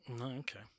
okay